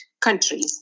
countries